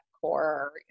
core